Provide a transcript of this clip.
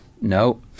no